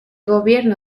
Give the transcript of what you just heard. gobierno